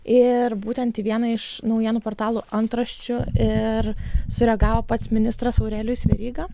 ir būtent į vieną iš naujienų portalų antraščių ir sureagavo pats ministras aurelijus veryga